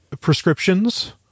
prescriptions